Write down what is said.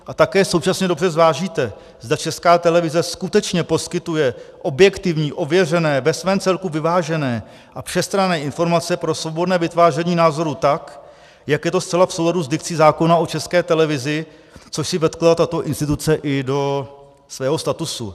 A také současně dobře zvážíte, zda Česká televize skutečně poskytuje objektivní, ověřené, ve svém celku vyvážené a všestranné informace pro svobodné vytváření názorů tak, jak je to zcela v souladu s dikcí zákona o České televizi, což si vetkla tato instituce i do svého statusu.